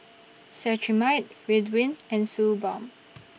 Cetrimide Ridwind and Suu Balm